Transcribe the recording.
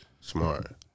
Smart